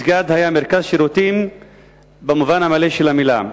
מסגד היה מרכז שירותים במובן המלא של המלה.